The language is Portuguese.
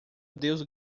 deus